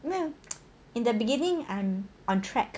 no in the beginning I'm on track